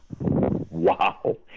Wow